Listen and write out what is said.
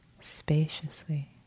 spaciously